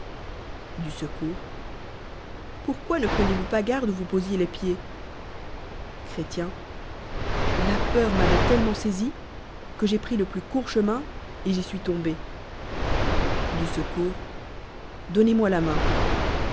t er secours pourquoi ue preniezvous pas garde où vous posiez les pieds chrétien la peur m'voit tellement saisi que j'ai pris le plus court che min et j'y suis tombé du secours donnez-moi la main